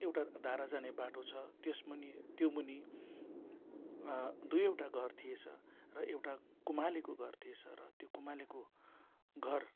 एउटा धारा जाने बाटो छ त्यस मुनि त्यो मुनि दुइवटा घर थिएछ र एउटा कुम्हालेको घर थिएछ र त्यो कुम्हालेको घर